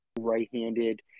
right-handed